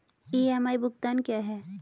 EMI भुगतान क्या है?